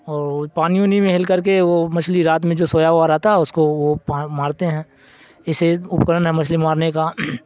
اور پانی وونی میں ہیل کر کے وہ مچھلی رات میں جو سویا ہوا رہتا ہے اس کو وہ مارتے ہیں اسے اپکرن ہے مچھلی مارنے کا